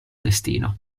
destino